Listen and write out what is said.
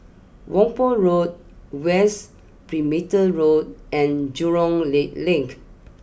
Whampoa Road West Perimeter Road and Jurong Lake Link